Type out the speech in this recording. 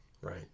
Right